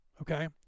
Okay